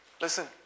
Listen